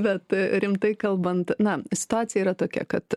bet rimtai kalbant na situacija yra tokia kad